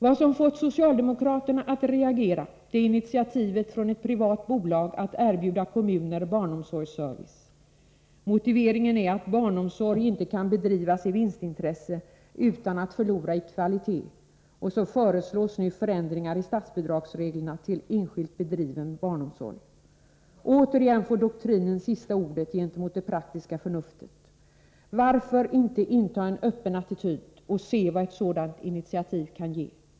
Vad som fått socialdemokraterna att reagera är initiativet från ett privat bolag att erbjuda kommuner barnomsorgsservice. Motiveringen är att barnomsorg inte kan bedrivas av vinstintresse utan att förlora i kvalitet. Och så föreslås nu förändringar i statsbidragsreglerna för enskilt bedriven verksamhet. Återigen får doktrinen sista ordet gentemot det praktiska förnuftet. Varför inte inta en öppen attityd och se vad ett sådant initiativ kan ge?